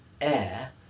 air